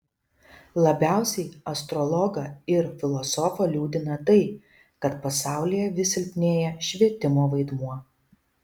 labiausiai astrologą ir filosofą liūdina tai kad pasaulyje vis silpnėja švietimo vaidmuo